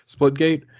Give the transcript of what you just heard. Splitgate